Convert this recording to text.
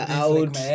out